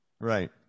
Right